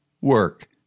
Work